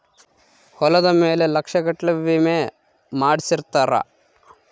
ಹೊಲದ ಮೇಲೆ ಲಕ್ಷ ಗಟ್ಲೇ ವಿಮೆ ಮಾಡ್ಸಿರ್ತಾರ